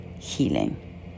healing